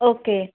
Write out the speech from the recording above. okay